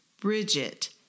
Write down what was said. Bridget